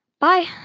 bye